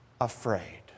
afraid